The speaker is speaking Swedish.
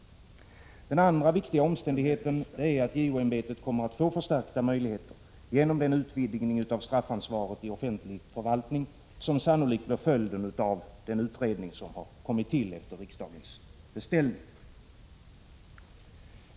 Den andra viktiga omständigheten är att JO-ämbetet kommer att få förstärkta möjligheter genom den utvidgning av straffansvaret i offentlig förvaltning som sannolikt blir följden av den utredning som har kommit till efter riksdagens beställning.